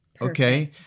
okay